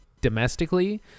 domestically